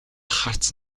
харц